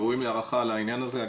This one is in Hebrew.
הם ראויים להערכה על העניין הזה,